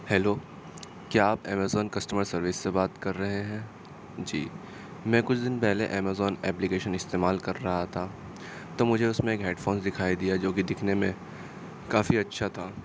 hello کیا آپ Amazon customer service سے بات کر رہے ہیں جی میں کچھ دن پہلے امیزون ایپلیکیشن استعمال کر رہا تھا تو مجھے اس میں ایک ہیڈ فون دکھائی دیا جو کہ دکھنے میں کافی اچھا تھا